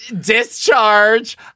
Discharge